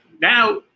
now